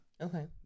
Okay